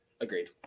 Agreed